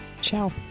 Ciao